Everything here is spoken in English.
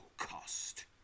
Cost